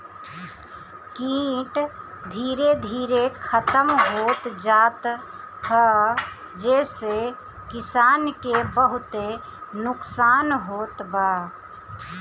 कीट धीरे धीरे खतम होत जात ह जेसे किसान के बहुते नुकसान होत बा